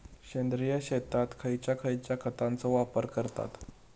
सेंद्रिय शेतात खयच्या खयच्या खतांचो वापर करतत?